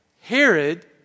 Herod